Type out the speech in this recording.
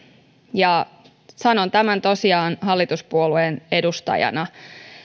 ja sanon tämän tosiaan hallituspuolueen edustajana